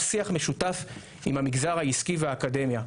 שיח משותף עם המגזר העסקי והאקדמיה.